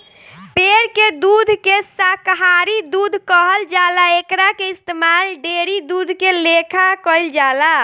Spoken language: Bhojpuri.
पेड़ के दूध के शाकाहारी दूध कहल जाला एकरा के इस्तमाल डेयरी दूध के लेखा कईल जाला